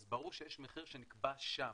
אז ברור שיש מחיר שנקבע שם,